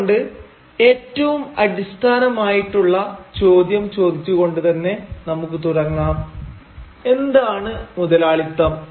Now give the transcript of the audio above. അതുകൊണ്ട് ഏറ്റവും അടിസ്ഥാനമായിട്ടുള്ള ചോദ്യം ചോദിച്ചു കൊണ്ട് തന്നെ നമുക്ക് തുടങ്ങാം എന്താണ് മുതലാളിത്തം